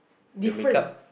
different